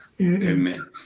Amen